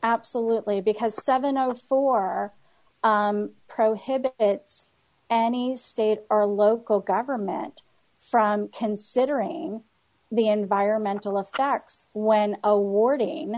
absolutely because seven out of four prohibits any state or local government from considering the environmental effects when awarding